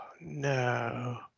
No